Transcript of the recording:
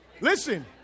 Listen